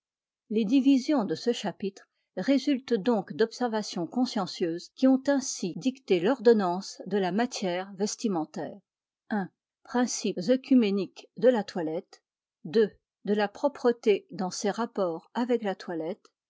les divisions de ce chapitre résultent donc d'observations consciencieuses qui ont ainsi dicté l'ordonnance de la matière vestimentaire i principes œcuméniques de la toilette il de la propreté dans ses rapports avec la toilette